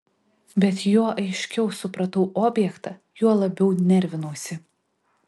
bet juo aiškiau supratau objektą juo labiau nervinausi